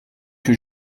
que